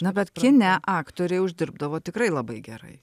na bet kine aktoriai uždirbdavo tikrai labai gerai